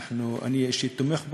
אני אישית תומך בו,